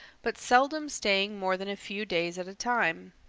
but seldom staying more than a few days at a time.